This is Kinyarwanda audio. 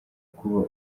kuba